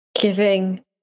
Giving